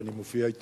כשאני מופיע אתו.